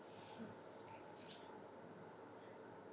hmm